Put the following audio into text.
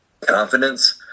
confidence